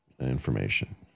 information